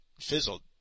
fizzled